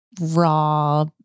raw